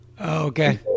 Okay